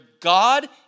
God